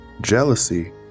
jealousy